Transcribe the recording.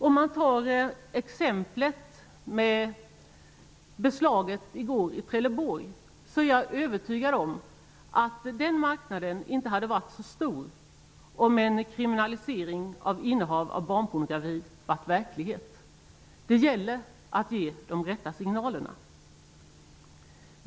Om jag tar som exempel beslaget i går i Trelleborg, är jag övertygad om att marknaden inte hade varit så stor, om innehav av barnpornografi hade varit kriminaliserat. Det gäller att ge de rätta signalerna.